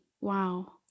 wow